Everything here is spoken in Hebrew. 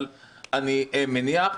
אבל אני מניח,